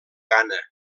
ghana